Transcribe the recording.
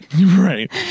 right